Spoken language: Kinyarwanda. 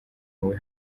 mubi